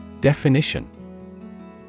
Definition